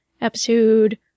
episode